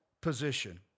position